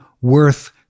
worth